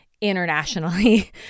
internationally